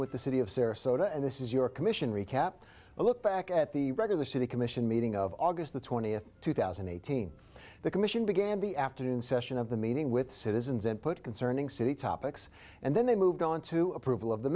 with the city of sarasota and this is your commission recap a look back at the regular city commission meeting of august the twentieth two thousand and eighteen the commission began the afternoon session of the meeting with citizens and put concerning city topics and then they moved on to approval of the